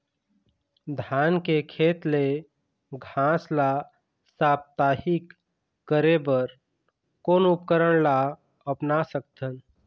धान के खेत ले घास ला साप्ताहिक करे बर कोन उपकरण ला अपना सकथन?